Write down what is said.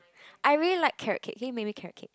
I really like carrot cake can you make me carrot cake